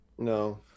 No